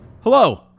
Hello